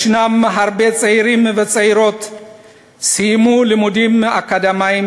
יש הרבה צעירים וצעירות שסיימו לימודים אקדמיים